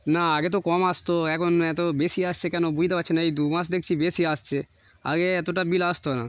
না আগে তো কম আসতো এখন এত বেশি আসছে কেন বুঝতে পারছেন না এই দু মাস দেখছি বেশি আসছে আগে এতোটা বিল আসতো না